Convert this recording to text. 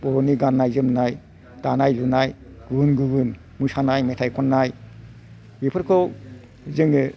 बर'नि गाननाय जोमनाय दानाय लुनाय गुबुन गुबुन मोसोनाय मेथाइ खननाय बेफोरखौ जोङो